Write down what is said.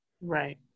right